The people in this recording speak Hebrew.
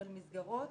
אבל מסגרות